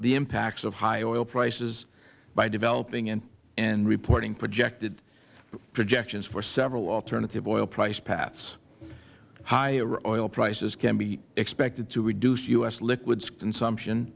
the impacts of high oil prices by developing and reporting projected projections for several alternative oil price paths higher oil prices can be expected to reduce u s liquids consumption